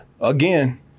again